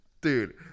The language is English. dude